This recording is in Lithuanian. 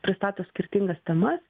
pristato skirtingas temas